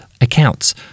accounts